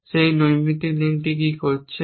সেই নৈমিত্তিক লিঙ্কটি কী করছে